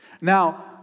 Now